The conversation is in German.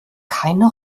keine